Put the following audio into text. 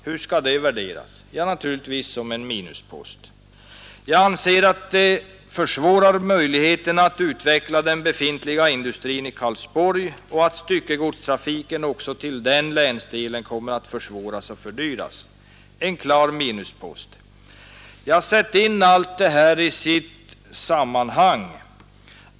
Hur skall det värderas? Ja, naturligtvis som minuspost. Jag anser att nedläggningen försvårar möjligheterna att utveckla den befintliga industrin i Karlsborg och att styckegodstrafiken också till den länsdelen kommer att försvåras och fördyras. En klar minuspost. Sätt in allt detta i sitt sammanhang!